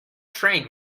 trained